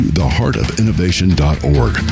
theheartofinnovation.org